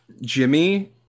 Jimmy